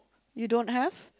you don't have